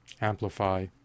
amplify